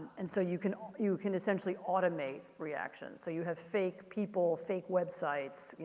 and so you can um you can essentially automate reaction. so you have fake people, fake websites, you